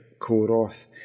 Koroth